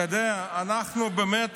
אתה יודע, אנחנו באמת